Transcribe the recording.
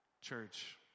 Church